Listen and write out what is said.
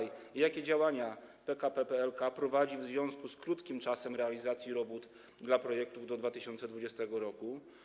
Jakie działania PKP PLK prowadzi w związku z krótkim czasem realizacji robót dla projektów do 2020 r.